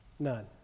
none